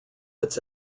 its